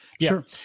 Sure